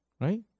right